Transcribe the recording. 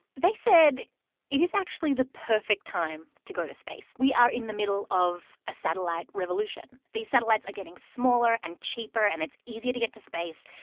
they said it is actually the perfect time to go to space. we are in the middle of a satellite revolution. these satellites are getting smaller and cheaper, and it's easier to get to space.